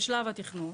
בשלב התכנון,